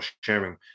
sharing